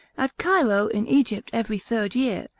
at cairo in egypt, every third year,